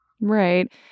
Right